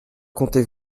comptez